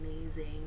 amazing